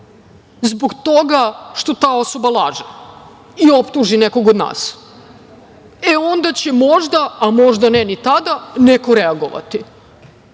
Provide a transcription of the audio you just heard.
zbog toga što ta osoba laže i optuži nekoga od nas.E, onda će možda, a možda ne ni tada reagovati.